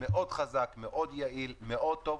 מאוד חזק, מאוד יעיל, מאוד טוב.